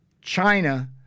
China